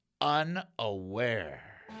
unaware